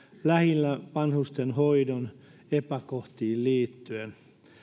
lähinnä vanhustenhoidon epäkohtiin liittyen